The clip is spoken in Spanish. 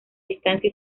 distancia